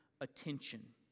attention